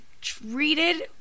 treated